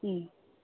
হুম